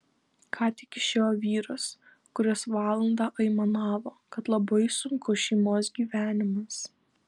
ką tik išėjo vyras kuris valandą aimanavo kad labai sunkus šeimos gyvenimas